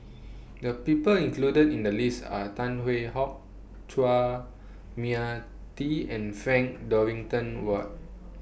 The People included in The list Are Tan Hwee Hock Chua Mia Tee and Frank Dorrington Ward